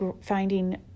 finding